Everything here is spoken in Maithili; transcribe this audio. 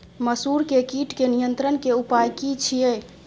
मसूर के कीट के नियंत्रण के उपाय की छिये?